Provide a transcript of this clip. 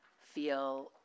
feel